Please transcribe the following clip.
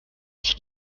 ich